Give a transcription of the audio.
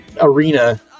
arena